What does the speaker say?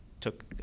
took